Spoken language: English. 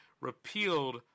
repealed